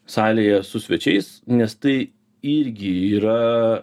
salėje su svečiais nes tai irgi yra